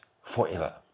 forever